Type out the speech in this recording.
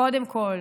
קודם כול,